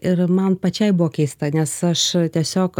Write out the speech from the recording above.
ir man pačiai buvo keista nes aš tiesiog